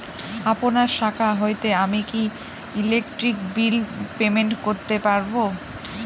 আপনার শাখা হইতে আমি কি ইলেকট্রিক বিল পেমেন্ট করতে পারব?